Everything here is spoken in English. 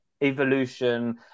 evolution